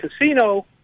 casino